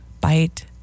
bite